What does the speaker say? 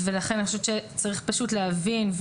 ולכן אני חושבת שצריך פשוט להבין,